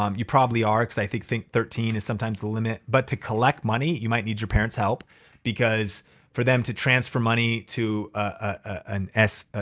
um you probably are, cause i think think thirteen is sometimes the limit. but to collect money, you might need your parent's help because for them to transfer money to ah and ah